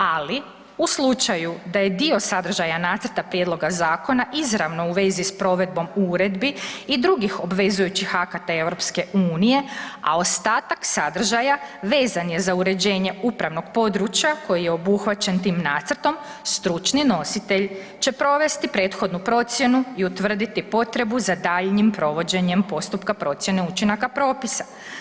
Ali u slučaju da je dio sadržaja nacrta prijedloga zakona izravno u vezi s provedbom uredbi i drugih obvezujućih akata EU, a ostatak sadržaja vezan je za uređenje upravnog područja koji je obuhvaćen tim nacrtom, stručni nositelj će provesti prethodnu procjenu i utvrditi potrebu za daljnjim provođenjem postupka procijene učinaka propisa.